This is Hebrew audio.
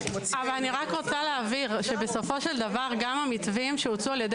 אבל אני רק רוצה להבהיר שבסופו של דבר גם המתווים שהוצעו על ידי